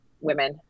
women